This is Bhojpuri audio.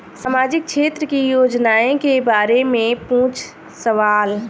सामाजिक क्षेत्र की योजनाए के बारे में पूछ सवाल?